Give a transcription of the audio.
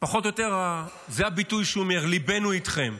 פחות או יותר זה הביטוי שהוא אומר: ליבנו איתכם.